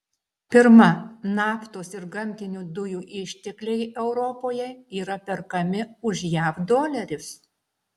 pirma naftos ir gamtinių dujų ištekliai europoje yra perkami už jav dolerius